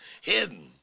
hidden